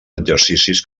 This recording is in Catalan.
exercicis